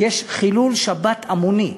יש חילול שבת המוני,